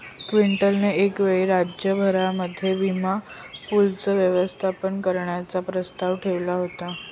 Clinton ने एक वेळी राज्य भरामध्ये विमा पूलाचं व्यवस्थापन करण्याचा प्रस्ताव ठेवला होता